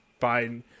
Biden